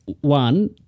One